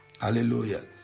Hallelujah